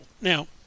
Now